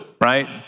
Right